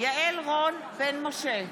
יעל רון בן משה,